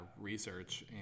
research